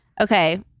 Okay